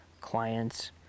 clients